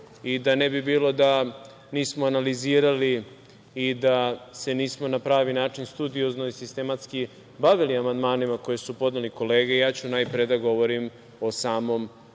i da ne bi bilo da nismo analizirali i da se nismo na pravi način studiozno i sistematski bavili amandmanima koji su podnele kolege, ja ću najpre da govorim o samom